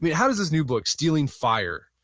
but how does this new book, stealing fire,